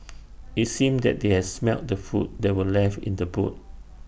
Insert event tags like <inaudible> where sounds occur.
<noise> IT seemed that they had smelt the food that were left in the boot